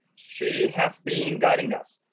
she has been guiding us